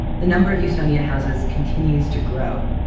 the number of usonian houses continues to grow.